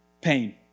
pain